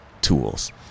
tools